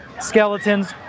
skeletons